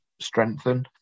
strengthen